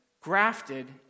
grafted